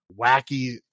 wacky